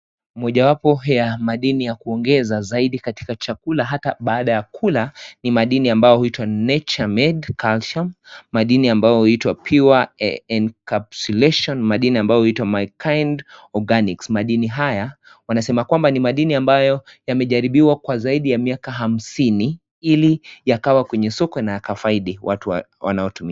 Mojawapo ya madini ya kuongeza zaidi katika chakula hata baada ya kula ni madini ambayo huitwa nature made calcium ,madini ambayo huitwa pure AN Cabslation ,madini ambayo huitwa my kind organics , madini haya wanasema kwamba ni madini ambayo yamejaribiwa kwa zaidi ya miaka hamsini ili yakawa kwenye soko na yakafaidi watu wanaotumia.